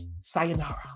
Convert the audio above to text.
Sayonara